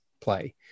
play